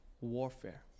warfare